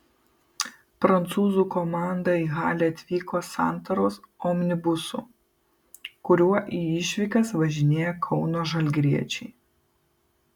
prancūzų komanda į halę atvyko santaros omnibusu kuriuo į išvykas važinėja kauno žalgiriečiai